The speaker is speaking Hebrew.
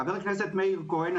חבר הכנסת מאיר כהן,